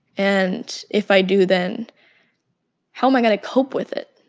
and if i do, then how am i going to cope with it?